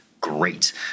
great